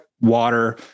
water